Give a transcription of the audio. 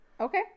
Okay